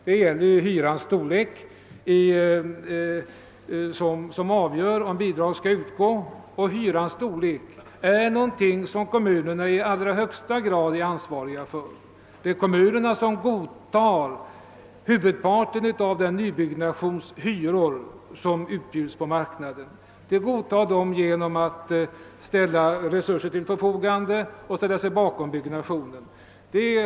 Det är ju hyrans storlek, som avgör om bidrag skall utgå, och hyrans storlek är något som kommunerna i allra högsta grad är ansvariga för. Det är kommunerna som godkänner huvudparten av hyrorna i den nya byggnation som bjuds ut på marknaden. De godtar den genom att ställa resurser till förfogande och genom att ställa sig bakom byggnationen.